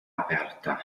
aperta